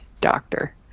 doctor